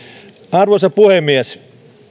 arvoisa puhemies